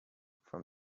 from